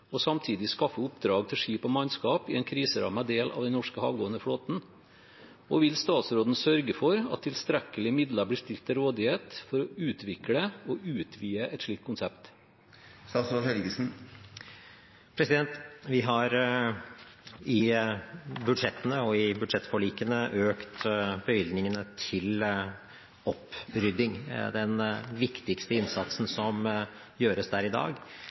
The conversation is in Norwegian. og samtidig skaffe oppdrag til skip og mannskap i en kriserammet del av den norske havgående flåten? Og vil statsråden sørge for at tilstrekkelige midler blir stilt til rådighet for å utvikle og utvide et slikt konsept? Vi har i budsjettene og i budsjettforlikene økt bevilgningene til opprydding. Den viktigste innsatsen som gjøres der i dag,